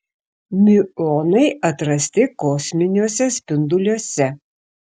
miuonai atrasti kosminiuose spinduoliuose